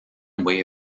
way